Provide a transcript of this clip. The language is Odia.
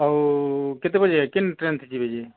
ଆଉ କେତେ ବଜେ କେଉଁ ଟ୍ରେନ୍ରେ ଯିବେ କି